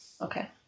Okay